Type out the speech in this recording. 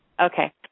Okay